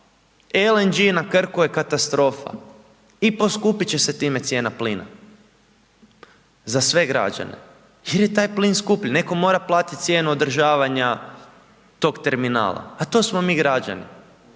LNG na Krku je katastrofa i poskupit će se time cijena plina za sve građane jer je taj plin skuplji, netko mora platiti cijenu održavanja tog terminala a to smo mi građani.